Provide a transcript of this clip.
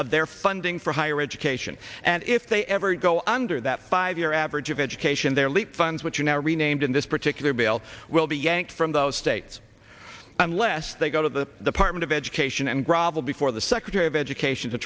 of their funding for higher education and if they ever go under that five year average of education their leap funds which are now renamed in this particular bill will be yanked from those states unless they go the department of education and grovel before the secretary of education to